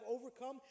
overcome